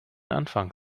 anfang